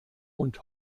und